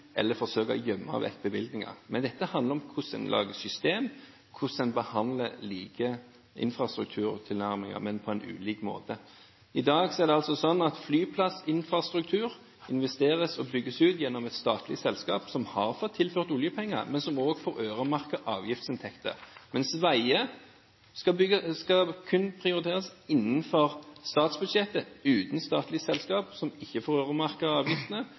eller forsøke å gjemme vekk bevilgninger. Men dette handler om hvordan en lager systemer, hvordan en behandler like infrastrukturtilnærminger på ulik måte. I dag er det sånn at flyplassinfrastruktur investeres i og bygges ut gjennom et statlig selskap som har fått tilført oljepenger, og som òg får øremerkede avgiftsinntekter. Men veier skal kun prioriteres innenfor statsbudsjettet, uten